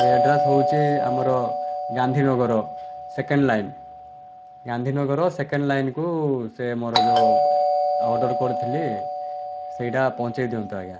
ଏଇ ଆଡ୍ରେସ୍ ହେଉଛି ଆମର Gandhi Nagar second line Gandhi Nagar second ଲାଇନ୍କୁ ସେ ମୋର ଯେଉଁ ଅର୍ଡ଼ର୍ କରିଥିଲି ସେଇଟା ପହଁଚେଇ ଦିଅନ୍ତୁ ଆଜ୍ଞା